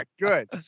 Good